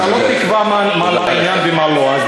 אתה לא תקבע מה לעניין ומה לא.